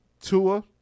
Tua